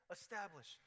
establish